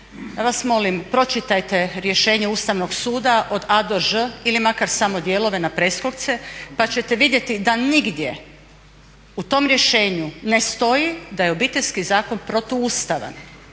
Ja vas molim, pročitajte rješenje Ustavnog suda od A-Ž ili makar samo dijelove na preskoke pa ćete vidjeti da nigdje u tom rješenju ne stoji da je Obiteljski zakon protuustavan,